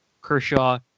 Kershaw